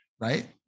Right